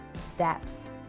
steps